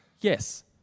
Yes